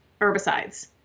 herbicides